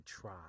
try